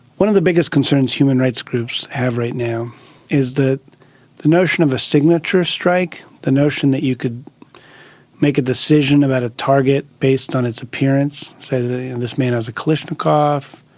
one of the biggest concerns human rights groups have right now is that the notion of a signature strike, the notion that you could make a decision about a target based on its appearance, say and this man has a kalashnikov,